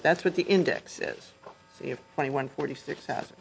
but that's what the index is if twenty one forty six